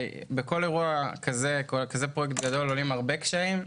בכל פרויקט גדול עולים הרבה קשיים.